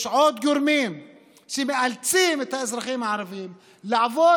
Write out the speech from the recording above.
יש עוד גורמים שמאלצים את האזרחים הערבים לעבוד,